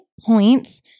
points